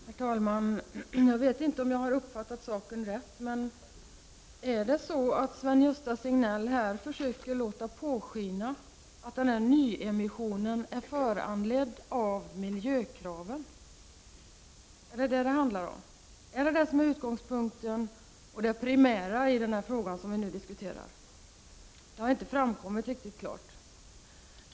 Herr talman! Jag vet inte om jag har uppfattat saken rätt, men försöker Sven-Gösta Signell låta påskina att den här nyemissionen är föranledd av miljökraven? Är det detta det handlar om? Är det utgångspunkten och det primära i den fråga som vi nu diskuterar? Det har inte framkommit riktigt klart.